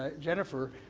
ah jennifer,